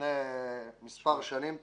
לפני מספר שנים טובות.